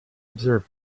observe